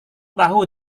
tahu